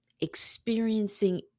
experiencing